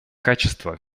качество